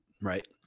right